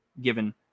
given